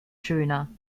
schöner